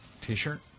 T-shirt